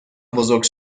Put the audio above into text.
بزرگ